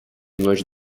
ночь